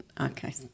Okay